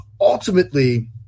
ultimately